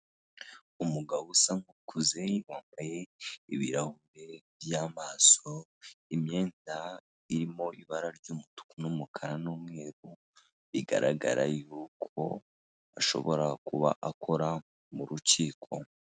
Umugabo usa nk'ukuze, wambaye ibirahure by'amaso, imyenda irimo ibara ry'umutuku n'umukara n'umweru, bigaragara ko ashobora kuba akora mu rukiko.